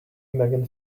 megan